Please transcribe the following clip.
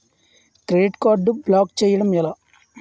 Credit card block చేయడం ఎలా?